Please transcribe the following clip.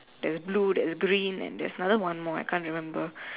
there is blue there is green and there is another one more I can't remember